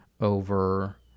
over